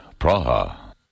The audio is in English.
Praha